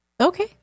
Okay